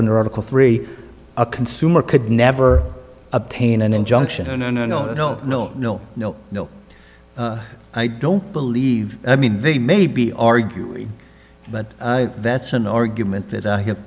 under article three a consumer could never obtain an injunction a no no no no no no no i don't believe i mean they may be argue but that's an argument that i have